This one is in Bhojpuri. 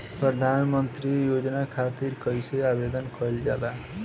प्रधानमंत्री योजना खातिर कइसे आवेदन कइल जाला?